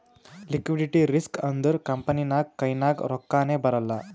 liquidity risk ಅಂದುರ್ company ನಾಗ್ ಕೈನಾಗ್ ರೊಕ್ಕಾನೇ ಬರಲ್ಲ